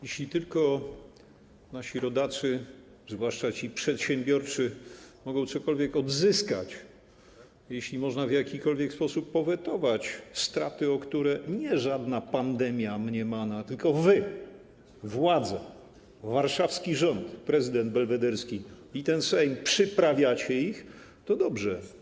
Jeśli tylko nasi rodacy, zwłaszcza ci przedsiębiorczy, mogą cokolwiek odzyskać, jeśli można w jakikolwiek sposób powetować straty, o które nie żadna mniemana pandemia, tylko wy, władza, warszawski rząd, prezydent belwederski i ten Sejm ich przyprawiacie, to dobrze.